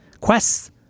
Quests